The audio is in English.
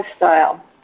lifestyle